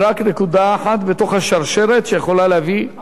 בתוך השרשרת שיכולה להביא עשרות מפעלים,